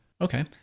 Okay